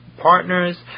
partners